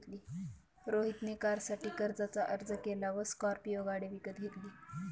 रोहित ने कारसाठी कर्जाचा अर्ज केला व स्कॉर्पियो गाडी विकत घेतली